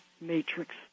matrix